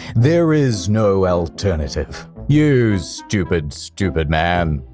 there is no alternative. you stupid, stupid man.